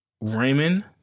Raymond